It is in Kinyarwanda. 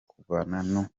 kuvana